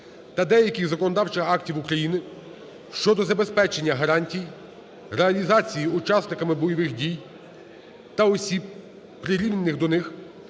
та деяких законодавчих актів України щодо забезпечення гарантій реалізації учасниками бойових дій та осіб, прирівняних до них,